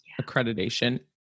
accreditation